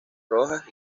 rojas